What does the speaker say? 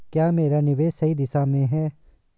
क्या मेरा निवेश सही दिशा में है?